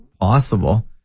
possible